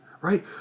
right